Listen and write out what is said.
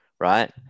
Right